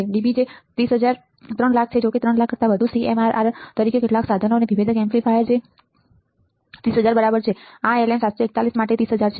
dB જે 300000 છેજોકે 300000 કરતાં વધુ CMRR તરીકે કેટલાક સાધન અને વિભેદક એમ્પ્લીફાયર આ 30000 છે બરાબર આ LM7 4 1 માટે 30000 છે